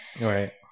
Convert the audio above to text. Right